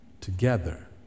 together